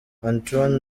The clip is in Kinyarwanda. antoine